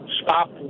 stop